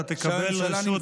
אתה תקבל רשות,